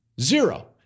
Zero